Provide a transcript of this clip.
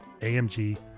AMG